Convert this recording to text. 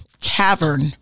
cavern